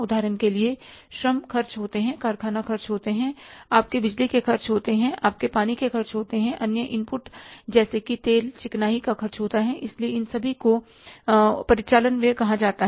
उदाहरण के लिए श्रम खर्च होते हैं कारखाना खर्च होता है आपके बिजली के खर्च होते हैं आपके पानी के खर्च होते हैं अन्य इनपुट जैसे कि तेल चिकनाई का खर्च होते हैं इसलिए इन सभी को परिचालन व्यय कहा जाता है